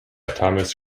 thomas